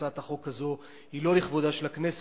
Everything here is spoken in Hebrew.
והצעת החוק הזאת היא לא לכבודה של הכנסת